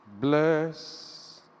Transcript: Bless